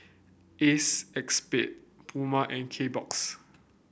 Acexspade Pura and Kbox